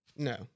No